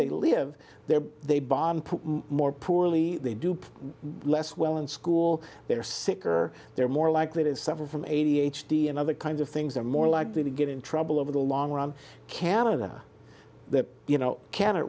they live there they bond more poorly they do less well in school they are sicker they're more likely to suffer from a d h d and other kinds of things they're more likely to get in trouble over the long run canada that you know canada